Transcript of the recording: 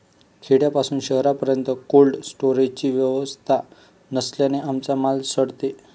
खेड्यापासून शहरापर्यंत कोल्ड स्टोरेजची व्यवस्था नसल्याने आमचा माल सडतो